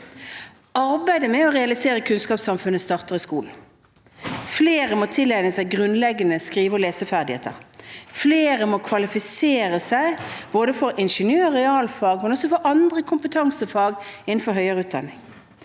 Arbeidet med å realisere kunnskapssamfunnet starter i skolen. Flere må tilegne seg grunnleggende skrive- og leseferdigheter. Flere må kvalifisere seg både for ingeniørog realfag, men også for andre kompetansefag innenfor høyere utdanning,